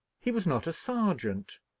he was not a sergeant,